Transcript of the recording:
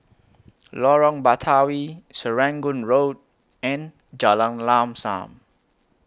Lorong Batawi Serangoon Road and Jalan Lam SAM